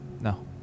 no